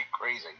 crazy